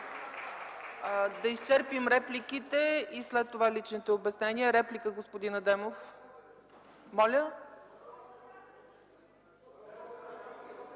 Да изчерпим репликите и след това – личните обяснения. Реплика – господин Адемов.